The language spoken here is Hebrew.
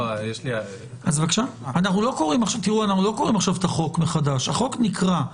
אנחנו לא קוראים עכשיו את החוק מחדש, החוק נקרא.